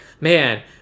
man